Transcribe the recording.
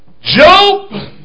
Job